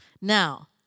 Now